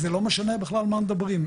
זה לא משנה בכלל מה מדברים.